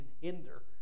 hinder